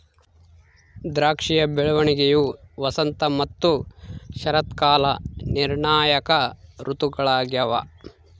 ದ್ರಾಕ್ಷಿಯ ಬೆಳವಣಿಗೆಯು ವಸಂತ ಮತ್ತು ಶರತ್ಕಾಲ ನಿರ್ಣಾಯಕ ಋತುಗಳಾಗ್ಯವ